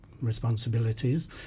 responsibilities